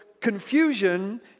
confusion